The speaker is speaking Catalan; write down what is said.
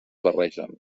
barregen